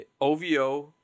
OVO